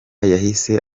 yahise